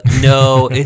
no